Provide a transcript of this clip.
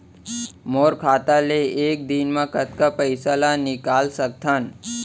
मोर खाता ले एक दिन म कतका पइसा ल निकल सकथन?